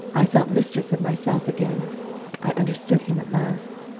i felt mistress of myself again i understood him at last.